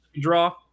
draw